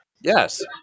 Yes